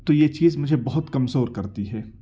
تو یہ چیز مجھے بہت کمزور کرتی ہے